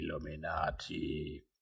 Illuminati